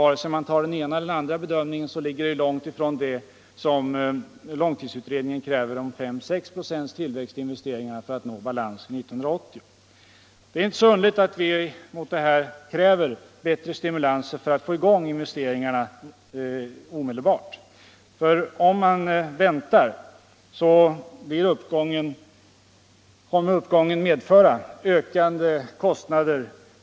Vare sig man accepterar den ena eller den andra bedömningen, ligger det långt ifrån den ökning på 5-6 procents tillväxt i investeringarna, som långtidsutredningen kräver för att balans skall nås 1980. Det är inte så underligt att vi mot bakgrund av detta kräver bättre stimulanser för att få i gång investeringarna omedelbart. Om man väntar kommer uppgången att medföra ökade kostnader.